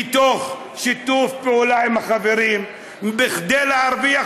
מתוך שיתוף פעולה עם החברים וכדי להרוויח